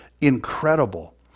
incredible